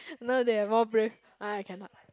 no they're more brave I cannot